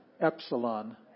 epsilon